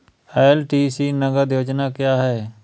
LTC नगद योजना क्या है?